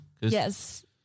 Yes